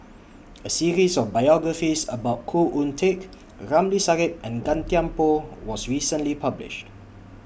A series of biographies about Khoo Oon Teik Ramli Sarip and Gan Thiam Poh was recently published